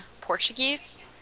Portuguese